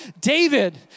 David